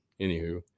anywho